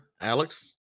Alex